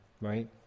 right